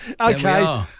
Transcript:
Okay